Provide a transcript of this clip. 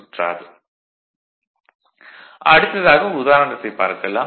vlcsnap 2018 11 05 10h03m09s37 அடுத்ததாக ஒரு உதாரணத்தைப் பார்க்கலாம்